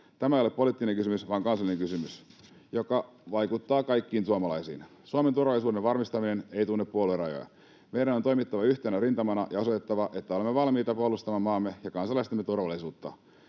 Tämä ei ole poliittinen kysymys vaan kansallinen kysymys, joka vaikuttaa kaikkiin suomalaisiin. Suomen turvallisuuden varmistaminen ei tunne puoluerajoja. Meidän on toimittava yhtenä rintamana ja osoitettava, että olemme valmiita puolustamaan maamme ja kansalaistemme turvallisuutta.